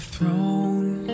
throne